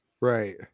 Right